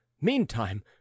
meantime